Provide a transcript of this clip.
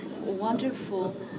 Wonderful